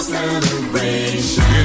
celebration